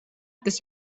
tas